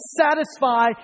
satisfy